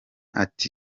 ati